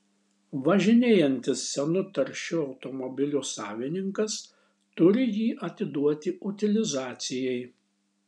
važinėjantis senu taršiu automobiliu savininkas turi jį atiduoti utilizacijai